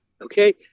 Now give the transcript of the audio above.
okay